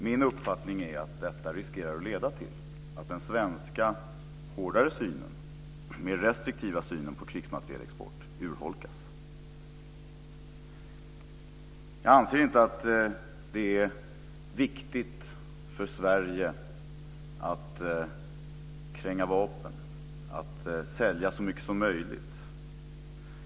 Min uppfattning är att detta riskerar att leda till att den svenska hårdare och mer restriktiva synen på krigsmaterielexport urholkas. Jag anser inte att det är viktigt för Sverige att kränga vapen och att sälja så mycket som möjligt.